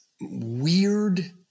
weird